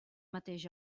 mateix